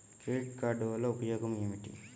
Credit card వల్ల ఉపయోగం ఏమిటీ?